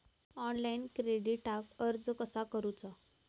Online क्रेडिटाक अर्ज कसा करुचा?